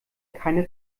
keine